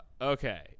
okay